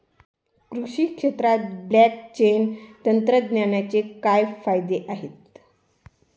कृषी क्षेत्रात ब्लॉकचेन तंत्रज्ञानाचे काय फायदे आहेत?